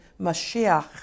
Mashiach